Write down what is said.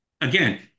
again